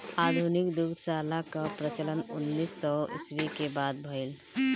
आधुनिक दुग्धशाला कअ प्रचलन उन्नीस सौ ईस्वी के बाद भइल